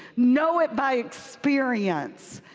know it by experience.